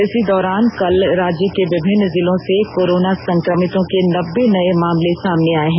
इस दौरान कल राज्य के विभिन्न जिलों से कोरोना संक्रमितों के नब्बे नये मामले सामने आये हैं